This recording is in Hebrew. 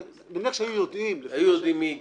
נניח שהיו יודעים --- היו יודעים מי הגיש.